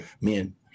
men